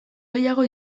gehiago